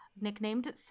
nicknamed